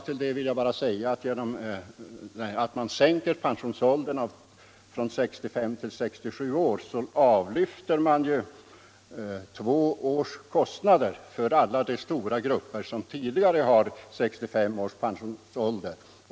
Men om man sänker pensionsåldern från 67 till 65 år, så avlyfter man ju två års kostnader för de stora grupper som tidigare hade 65 år som pensionsålder.